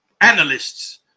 analysts